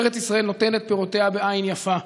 ארץ ישראל נותנת פירותיה בעין יפה.